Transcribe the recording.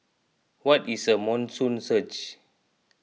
what is a monsoon surge